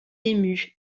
ému